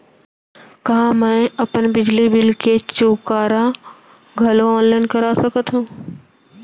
का मैं अपन बिजली बिल के चुकारा घलो ऑनलाइन करा सकथव?